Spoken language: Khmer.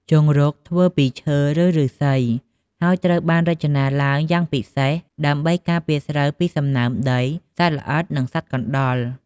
ជង្រុកធ្វើពីឈើ ឬឫស្សី ហើយត្រូវបានរចនាឡើងយ៉ាងពិសេស ដើម្បីការពារស្រូវពីសំណើមដី សត្វល្អិត និងសត្វកណ្តុរ។